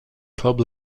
club